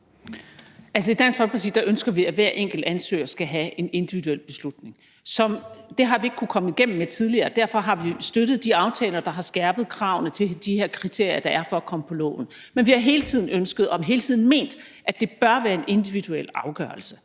Dansk Folkeparti ønsker vi, at der skal træffes en beslutning for hver enkelt ansøger, men det har vi ikke kunnet komme igennem med tidligere, så derfor har vi støttet de aftaler, der har skærpet kravene til de her kriterier, der er for at komme på loven. Men vi har hele tiden ønsket, og vi har hele tiden ment, at det bør være en individuel afgørelse.